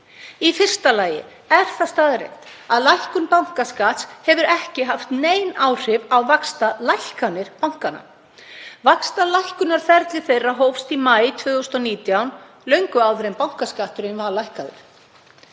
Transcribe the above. Í fyrsta lagi er það staðreynd að lækkun bankaskatts hefur ekki haft nein áhrif á vaxtalækkanir bankanna. Vaxtalækkunarferli þeirra hófst í maí 2019, löngu áður en bankaskatturinn var lækkaður.